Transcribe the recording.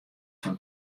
fan